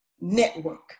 network